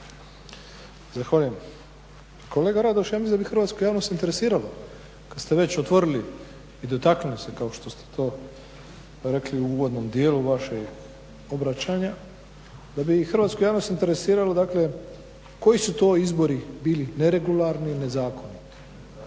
Zahvaljujem. Kolega Radoš ja mislim da bi hrvatsku javnost interesiralo kada ste već otvorili i dotaknuli ste kao što ste to rekli u uvodnom dijelu vašeg obraćanja da bi hrvatsku javnost interesiralo dakle koji su to izbori bili neregularni i nezakoniti.